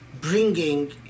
bringing